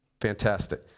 Fantastic